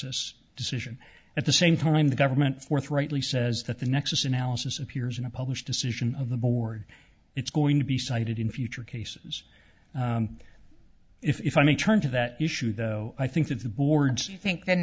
us decision at the same time the government forthrightly says that the next analysis appears in a published decision of the board it's going to be cited in future cases if i may turn to that issue though i think that the board and i think